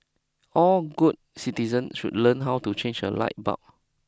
all good citizen should learn how to change a light bulb